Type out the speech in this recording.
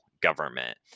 government